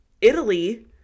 Italy